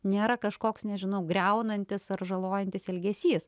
nėra kažkoks nežinau griaunantis ar žalojantis elgesys